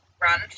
run